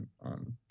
on